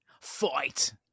fight